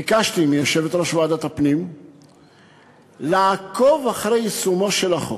ביקשתי מיושבת-ראש ועדת הפנים לעקוב אחר יישומו של החוק.